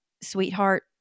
sweetheart